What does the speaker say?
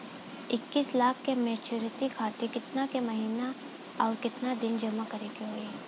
इक्कीस लाख के मचुरिती खातिर केतना के महीना आउरकेतना दिन जमा करे के होई?